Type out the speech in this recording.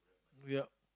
yeah